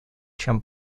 чем